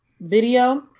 video